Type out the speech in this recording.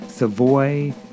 Savoy